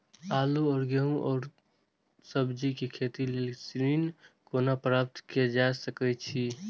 आलू और गेहूं और सब्जी के खेती के लेल ऋण कोना प्राप्त कय सकेत छी?